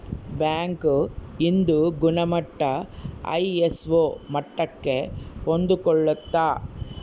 bank ಇಂದು ಗುಣಮಟ್ಟ ISO ಮಟ್ಟಕ್ಕೆ ಹೊಂದ್ಕೊಳ್ಳುತ್ತ